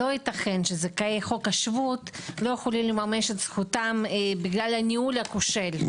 לא ייתכן שזכאי חוק השבות לא יכולים לממש זכותם בגלל הניהול הכושל.